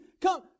come